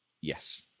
Yes